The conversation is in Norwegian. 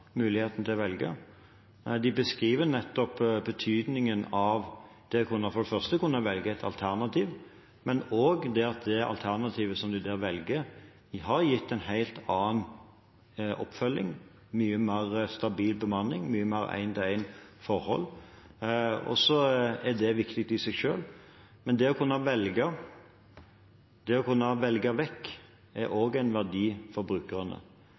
velge. De beskriver nettopp betydningen av for det første å kunne velge et alternativ, men også det at det alternativet en da velger, har gitt en helt annen oppfølging, mye mer stabil bemanning, mye mer en-til-en-forhold. Og det er viktig i seg selv. Men det å kunne velge, og det å kunne velge vekk, er også en verdi for brukerne.